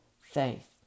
faith